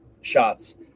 shots